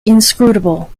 inscrutable